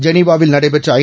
ஜெனிவாவில் நடைபெற்ற ஐ